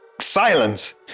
silence